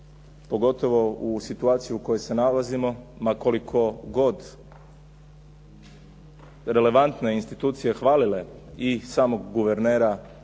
pogotovo u situaciji u kojoj se nalazimo ma koliko god relevantne institucije hvalile i samog guvernera